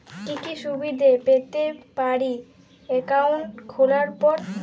কি কি সুবিধে পেতে পারি একাউন্ট খোলার পর?